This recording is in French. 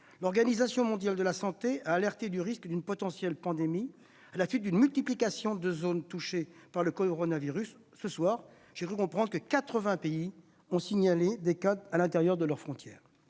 l'Organisation mondiale de la santé a alerté du risque d'une potentielle pandémie, à la suite d'une multiplication des zones touchées par le coronavirus. À ce stade, quatre-vingts pays ont signalé des cas à l'intérieur de leurs frontières.